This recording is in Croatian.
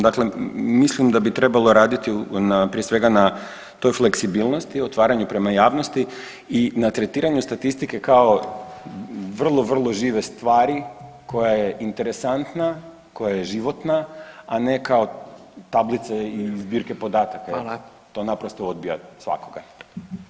Dakle, mislim da bi trebalo raditi na, prije svega na toj fleksibilnosti i otvaranju prema javnosti i na tretiranju statistike kao vrlo, vrlo žive stvari koja je interesantna, koja je životna, a ne kao tablice i zbirke podataka, to naprosto odbija svakoga.